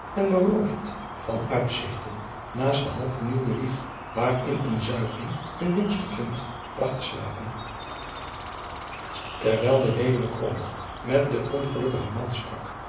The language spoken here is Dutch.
en beroofd van uitzigten naast de half vernielde wieg waarin een zuigeling hun jongste kind lag te slapen terwijl de weduw krombalg met den ongelukkigen man sprak